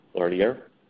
earlier